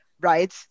right